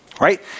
Right